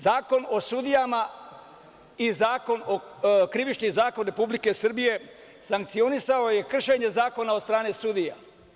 Zakon o sudijama i Krivični zakon Republike Srbije sankcionisao je kršenje zakona od strane sudija.